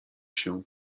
się